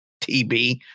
TB